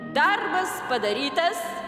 darbas padarytas